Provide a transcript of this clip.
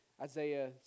Isaiah